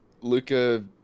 Luca